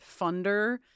funder